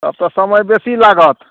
तब तऽ समय बेसी लागत